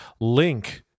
link